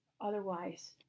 otherwise